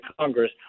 Congress